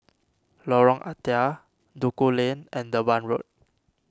Lorong Ah Thia Duku Lane and Durban Road